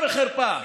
בושה וחרפה.